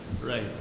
Right